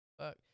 Fuck